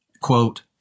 quote